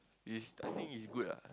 it's I think it's good ah